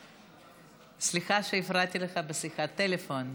סליחה שהפרעתי לך בשיחת טלפון.